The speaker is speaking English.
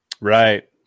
right